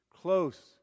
close